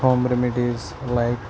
home remedies like